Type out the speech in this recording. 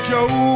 Joe